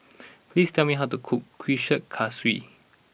please tell me how to cook Kuih Kaswi